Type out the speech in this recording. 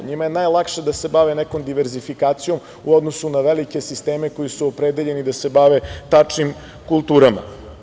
Njima je najlakše da se bave nekom diverzifikacijom u odnosu na velike sisteme koji su opredeljeni da se bave tačnim kulturama.